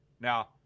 Now